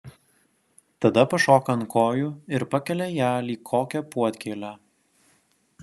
tada pašoka ant kojų ir pakelia ją lyg kokią puodkėlę